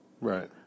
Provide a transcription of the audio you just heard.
Right